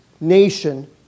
nation